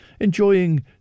enjoying